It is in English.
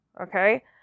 Okay